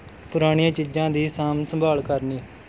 ਪੁਰਾਣੀਆਂ ਚੀਜਾਂ ਦੀ ਸਾਂਭ ਸੰਭਾਲ ਕਰਨੀ